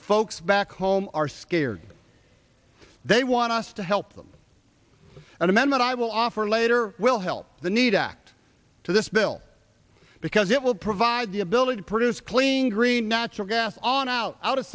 folks back home are scared they want us to help them and the men that i will offer later will help the need to act to this bill because it will provide the ability to produce clean green natural gas on out out of